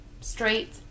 straight